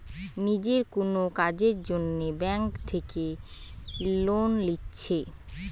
নিজের কুনো কাজের জন্যে ব্যাংক থিকে লোন লিচ্ছে